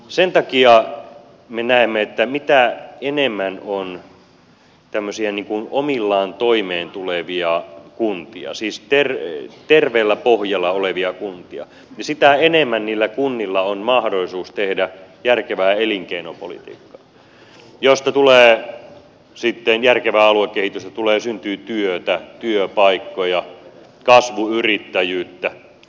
sen takia me näemme että mitä enemmän on tämmöisiä niin kuin omillaan toimeentulevia kuntia siis terveellä pohjalla olevia kuntia sitä enemmän niillä kunnilla on mahdollisuus tehdä järkevää elinkeinopolitiikkaa josta tulee sitten järkevää aluekehitystä syntyy työtä työpaikkoja kasvuyrittäjyyttä